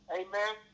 amen